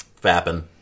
Fapping